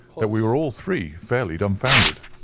that we were all three fairly dumfoundered.